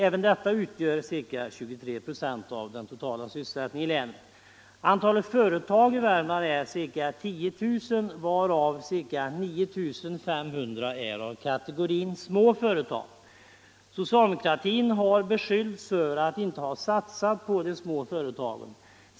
Även dessa utgör ungefär 23 26 av den totala sysselsättningen i länet. Antalet företag i Värmland är ca 10 000, varav ca 9 500 är av kategorin smårföretag. Socialdemokratin har beskyllts för att inte ha satsat på de små tföretagen.